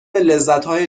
لذتهای